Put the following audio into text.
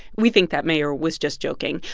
we think that mayor was just joking.